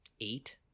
eight